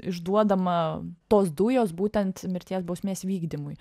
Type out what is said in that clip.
išduodama tos dujos būtent mirties bausmės vykdymui